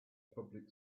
public